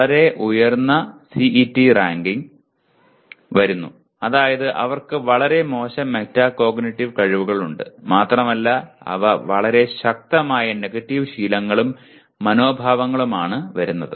വളരെ ഉയർന്ന CET rank വരുന്നു അതായത് അവർക്ക് വളരെ മോശം മെറ്റാകോഗ്നിറ്റീവ് കഴിവുകളുണ്ട് മാത്രമല്ല അവ വളരെ ശക്തമായ നെഗറ്റീവ് ശീലങ്ങളും മനോഭാവങ്ങളുമാണ് വരുന്നത്